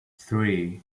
three